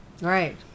right